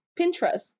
Pinterest